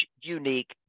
unique